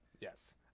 Yes